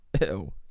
Ew